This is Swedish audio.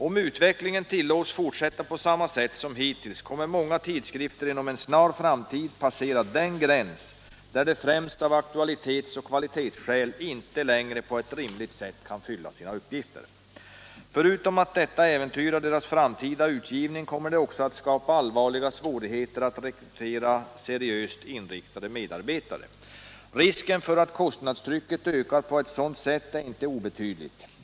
Om utvecklingen tillåts fortsätta på samma sätt som hittills kommer många tidskrifter inom en snar framtid passera den gräns där de, främst av aktualitets och kvalitetsskäl, inte längre på ett rimligt sätt kan fylla sina uppgifter. Förutom att detta äventyrar deras framtida utgivning kommer det också att skapa allvarliga svårigheter att rekrytera seriöst inriktade medarbetare. Risken för att kostnadstrycket ökar på ett sådant sätt är inte obetydlig.